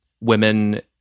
women